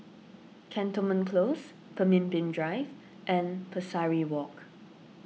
Cantonment Close Pemimpin Drive and Pesari Walk